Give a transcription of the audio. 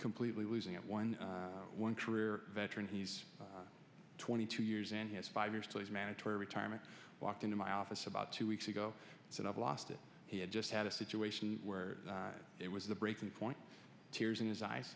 completely losing it one one career veteran he's twenty two years and he has five years please mandatory retirement walked into my office about two weeks ago and i've lost it he had just had a situation where it was the breaking point tears in his eyes